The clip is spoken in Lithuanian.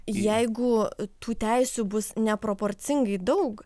jeigu tų teisių bus neproporcingai daug